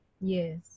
Yes